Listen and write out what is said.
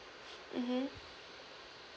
mmhmm